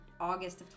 August